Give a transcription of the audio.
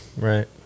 Right